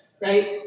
Right